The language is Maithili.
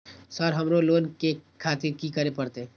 सर हमरो लोन ले खातिर की करें परतें?